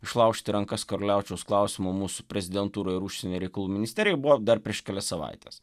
išlaužti rankas karaliaučiaus klausimu mūsų prezidentūroj ir užsienio reikalų ministerijoj buvo dar prieš kelias savaites